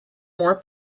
more